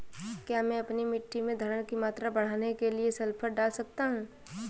क्या मैं अपनी मिट्टी में धारण की मात्रा बढ़ाने के लिए सल्फर डाल सकता हूँ?